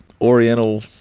Oriental